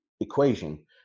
equation